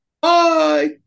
Bye